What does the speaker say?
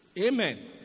Amen